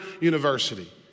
University